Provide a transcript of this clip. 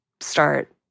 start